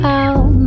out